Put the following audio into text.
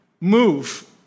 move